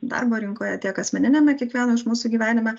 darbo rinkoje tiek asmeniniame kiekvieno iš mūsų gyvenime